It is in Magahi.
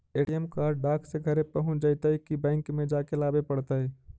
ए.टी.एम कार्ड डाक से घरे पहुँच जईतै कि बैंक में जाके लाबे पड़तै?